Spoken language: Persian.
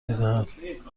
میدهد